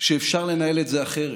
שאפשר לנהל את זה אחרת.